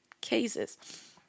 cases